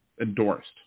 endorsed